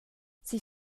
sie